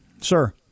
Sir